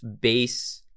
base